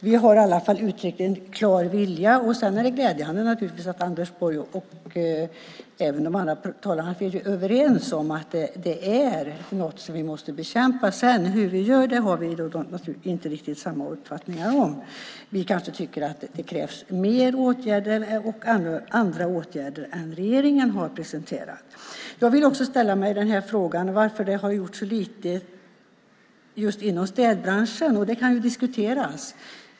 Vi har i alla fall uttryckt en klar vilja. Men det är naturligtvis glädjande att Anders Borg och även övriga talare är överens om att nämnda företeelser måste bekämpas. Hur det sedan ska göras har vi inte riktigt samma uppfattning om. Kanske tycker vi att det krävs fler åtgärder och andra åtgärder än de åtgärder som regeringen har presenterat. Jag undrar också varför det har gjorts så lite just inom städbranschen. Den frågan kan diskuteras.